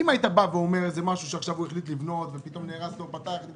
אם היית אומר שזה משהו שהוא החליט לבנות ופתאום נהרס לו או גנבו,